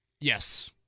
Yes